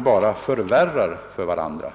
bara försvårar arbetet.